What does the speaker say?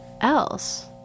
else